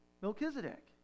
Melchizedek